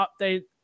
update